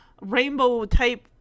rainbow-type